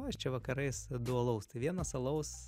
va aš čia vakarais du alaus tai vienas alaus